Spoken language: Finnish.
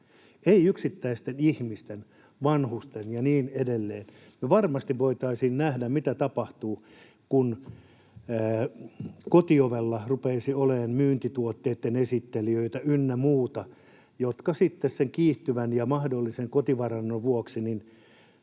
ei yksittäisten ihmisten, vanhusten ja niin edelleen. Me varmasti voitaisiin nähdä, mitä tapahtuu, kun kotiovella rupeaisi olemaan myyntituotteitten esittelijöitä ynnä muita, jotka sitten sen kiihtyvän mahdollisen kotivarannon vuoksi